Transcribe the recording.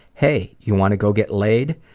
hey! you want to go get laid?